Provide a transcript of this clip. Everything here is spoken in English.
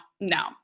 no